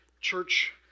church